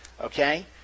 okay